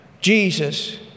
Jesus